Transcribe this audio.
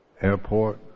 airport